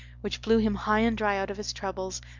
which blew him high and dry out of his troubles,